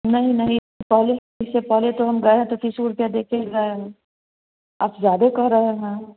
नहीं नहीं इससे पहले इससे पहले तो हम गएँ हैं तो तीस गो रुपये देके गएँ हैं आप ज्यादा कह रहे हैं